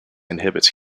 inhibits